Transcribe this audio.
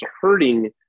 hurting